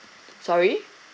sorry